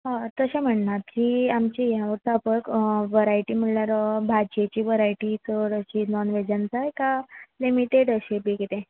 हय तशें म्हण्णा की आमचे हें वता पळय वरायटी म्हणल्यार भाजयेची वरायटी चड अशी नॉन वॅजान जाय काय लिमिटेड अशी बी किदें